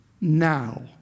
now